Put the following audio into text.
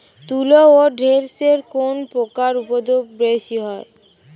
তুলো ও ঢেঁড়সে কোন পোকার উপদ্রব বেশি হয়?